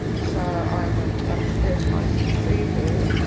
so i went up to her place to see her,